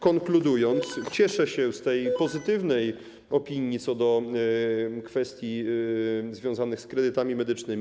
Konkludując, cieszę się z tej pozytywnej opinii co do kwestii związanych z kredytami medycznymi.